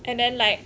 and then like